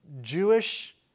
Jewish